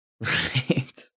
Right